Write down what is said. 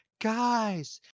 guys